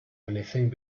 anything